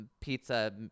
pizza